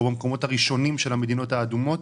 או במקומות הראשונים של המדינות האדומות.